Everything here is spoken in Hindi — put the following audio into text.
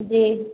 जी